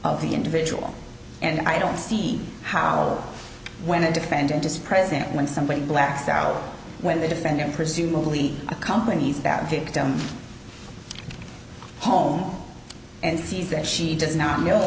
of the individual and i don't see how or when a defendant is present when somebody black's hour when the defendant presumably accompanies that victim home and sees that she does not know